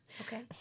okay